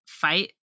fight